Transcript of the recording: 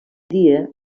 dia